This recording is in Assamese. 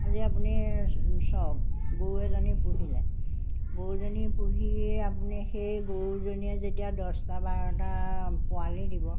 আজি আপুনি চওক গৰুজনী পুহিলে গৰুজনী পুহিয়ে আপুনি সেই গৰুজনীয়ে যেতিয়া দহটা বাৰটা পোৱালি দিব